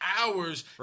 hours